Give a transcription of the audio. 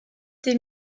des